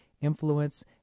influence